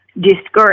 discouraged